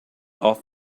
off